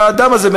והאדם הזה,